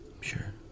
Sure